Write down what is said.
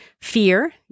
fear